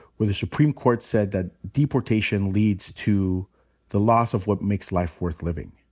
where the supreme court said that deportation leads to the loss of what makes life worth living.